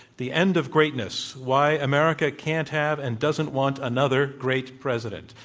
the end of greatness why america can't have and doesn't want another great president.